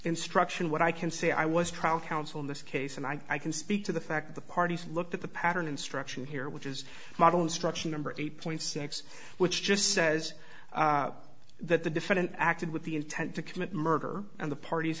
instruction what i can say i was trial counsel in this case and i can speak to the fact the parties looked at the pattern instruction here which is model instruction number three point six which just says that the defendant acted with the intent to commit murder and the parties